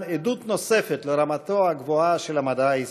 עדות נוספת לרמתו הגבוהה של המדע הישראלי.